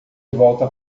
volta